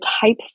type